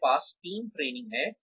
हमारे पास team training है